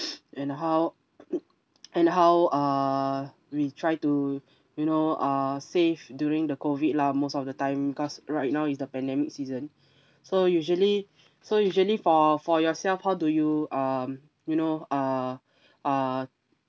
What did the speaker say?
and how and how uh we try to you know uh save during the COVID lah most of the time cause right now is the pandemic season so usually so usually for for yourself how do you um you know uh uh